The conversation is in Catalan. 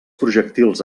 projectils